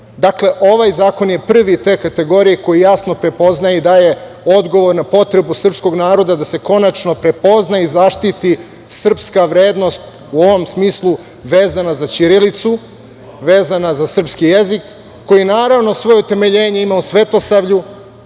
ovaj zakon je prvi te kategorije koji jasno prepoznaje i daje odgovor na potrebu srpskog naroda da se konačno prepozna i zaštiti srpska vrednost, u ovom smislu vezana za ćirilicu, vezana za srpski jezik, koji naravno svoje utemeljenje ima u svetosavlju,